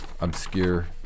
obscure